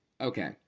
Okay